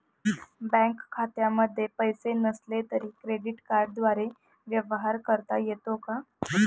Bank खात्यामध्ये पैसे नसले तरी क्रेडिट कार्डद्वारे व्यवहार करता येतो का?